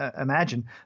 imagine